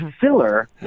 filler